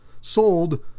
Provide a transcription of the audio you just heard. sold